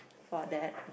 for that